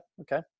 Okay